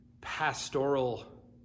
pastoral